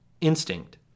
Instinct